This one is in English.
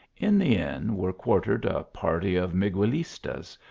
in the inn were quartered a party of miguelistas,